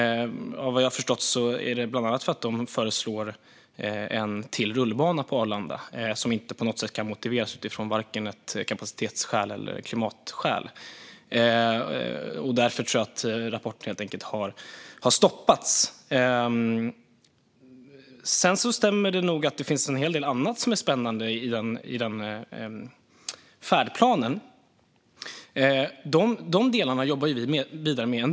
Vad jag förstår är det bland annat för att rådet föreslår en till rullbana på Arlanda, vilket inte kan motiveras av vare sig kapacitets eller klimatskäl. Jag tror att rapporten därför har stoppats. Sedan stämmer det nog att det finns en hel del annat spännande i färdplanen, och dessa delar jobbar vi vidare med.